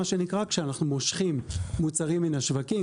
כשאנחנו מושכים מוצרים מהשווקים,